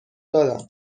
دادم